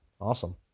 Awesome